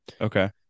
Okay